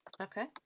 Okay